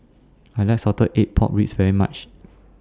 I like Salted Egg Pork Ribs very much